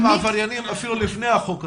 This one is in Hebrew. הם עבריינים אפילו לפני החוק הזה.